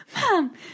mom